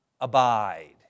abide